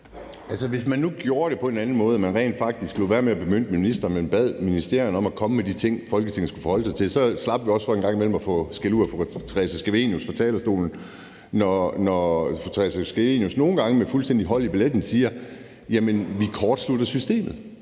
Hvis man nu gjorde det på en anden måde og rent faktisk lod være med at bemyndige ministeren, men bad ministerierne komme med de ting, som Folketinget skulle forholde sig til, slap vi også er for en gang imellem at få skældud af fru Theresa Scavenius fra talerstolen, når fru Theresa Scavenius nogle gange med fuldstændig hold i billetten siger: Vi kortslutter systemet.